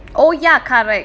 oh ya correct